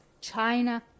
China